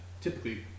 typically